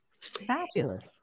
Fabulous